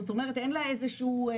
זאת אומרת אין לה איזה שהוא.